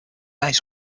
ice